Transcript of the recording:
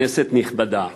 כנסת נכבדה,